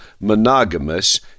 monogamous